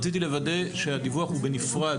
האם המספרים האלה ניתנים בנפרד,